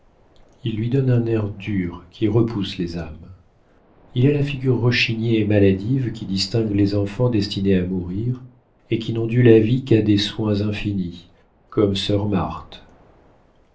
ils lui donnent un air dur qui repousse les âmes il a la figure rechignée et maladive qui distingue les enfants destinés à mourir et qui n'ont dû la vie qu'à des soins infinis comme sœur